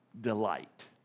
delight